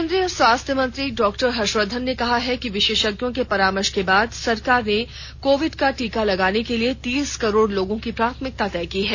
केंद्रीय स्वास्थ्य मंत्री डॉक्टर हर्षवर्धन ने कहा है कि विशेषज्ञों के परामर्श के बाद सरकार ने कोविड का टीका लगाने के लिए तीस करोड लोगों की प्राथमिकता तय की है